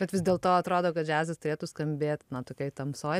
bet vis dėlto atrodo kad džiazas turėtų skambėt tokioj tamsoj